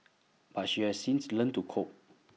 but she has since learnt to cope